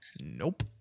Nope